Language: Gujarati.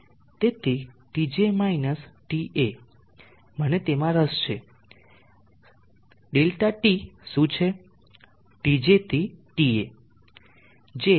તેથી TJ માઇનસ TA મને તેમાં રસ છે ΔT શું છે TJ થી TA